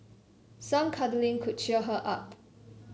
some cuddling could cheer her up